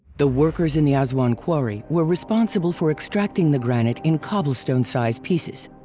the workers in the ah aswan quarry were responsible for extracting the granite in cobblestone size pieces.